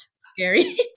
scary